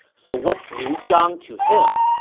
so what's liu zhang to him?